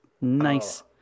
nice